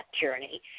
journey